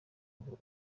ngo